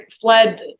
fled